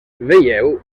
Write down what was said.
veieu